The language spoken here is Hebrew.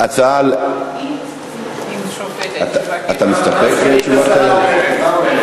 ההצעה, אתה מסתפק בתשובת, מה סגנית השר אומרת?